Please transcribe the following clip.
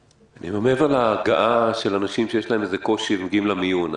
מעבר להגעה של אנשים שיש להם קושי ומגיעים למיון,